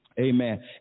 Amen